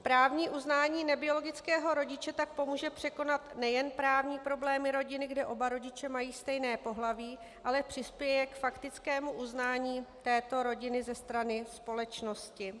Právní uznání nebiologického rodiče tak pomůže překonat nejen právní problémy rodiny, kde oba rodiče mají stejné pohlaví, ale přispěje k faktickému uznání této rodiny ze strany společnosti.